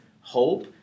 hope